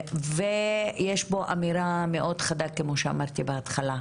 יש פה אמירה מאוד חדה כמו שאמרתי בהתחלה.